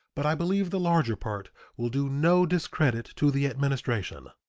but i believe the larger part will do no discredit to the administration.